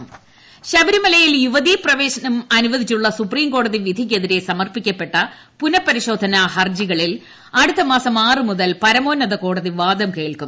ശബരിമല വിധി ശബരിമലയിൽ യുവതീ പ്രവേശനം അനുവദിച്ചുള്ള സുപ്രീം കോടതി വിധിക്കെതിരെ സമർപ്പിക്കപ്പെട്ട പുനപരിശോധന ഹർജികളിൽ അടുത്തമാസം ആറുമുതൽ പരമോന്നത കോടതി വാദം കേൾക്കും